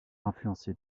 influencé